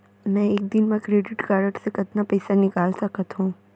मैं एक दिन म क्रेडिट कारड से कतना पइसा निकाल सकत हो?